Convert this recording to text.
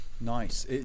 Nice